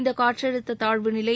இந்த காற்றழுத்த தாழ்வுநிலை